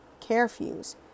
Carefuse